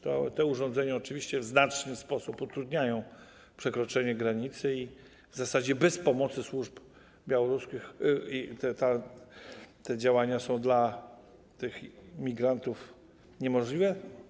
Te urządzenia oczywiście w znaczny sposób utrudniają przekroczenie granicy, w zasadzie bez pomocy służb białoruskich te działania są dla tych migrantów niemożliwe.